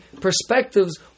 perspectives